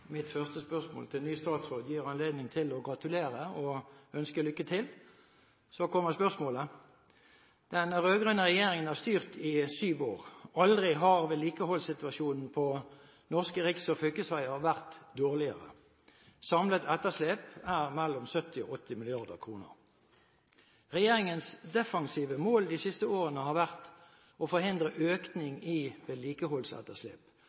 kommer spørsmålet: «Den rød-grønne regjeringen har styrt i 7 år. Aldri har vedlikeholdssituasjonen på norske riks- og fylkesveier vært dårligere. Samlet etterslep er mellom 70 og 80 mrd. kr. Regjeringens defensive mål de siste årene har vært å forhindre økning i vedlikeholdsetterslep.